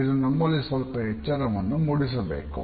ಇದು ನಮ್ಮಲ್ಲಿ ಸ್ವಲ್ಪ ಎಚ್ಚರವನ್ನುಮೂಡಿಸಬೇಕು